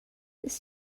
this